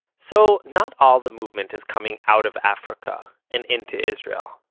so not all the movement is coming out of africa and into israel.